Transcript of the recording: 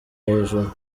hejuru